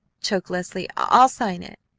choked leslie. i'll sign it.